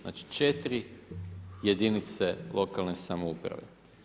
Znači 4 jedinice lokalne samouprave.